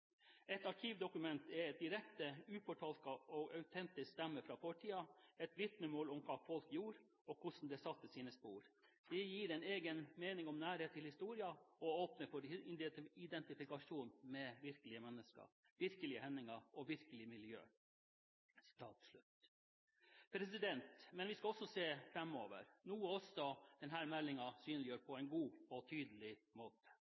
direkte, ufortolka og autentisk stemme frå fortida, eit vitnemål om kva folk gjorde, og korleis dette sette spor. Det gir ein eigen nærleik til historia og opnar for identifikasjon med verkelege menneske, verkelege hendingar og verkelege miljø i fortida.» Men vi skal også se framover, noe også denne meldingen synliggjør på